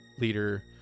leader